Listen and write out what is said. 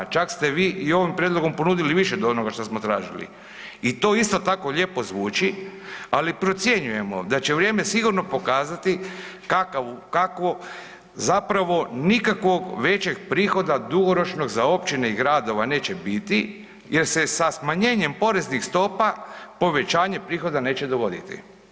Čak ste vi i ovim prijedlogom ponudili više od onoga što smo tražili i to isto tako lijepo zvuči, ali procjenjujemo da će vrijeme sigurno pokazati kakvo zapravo nikakvog većeg prihoda dugoročnog za općine i gradova neće biti jer se sa smanjenjem poreznih stopa povećanje prihoda neće dogoditi.